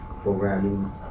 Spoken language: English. programming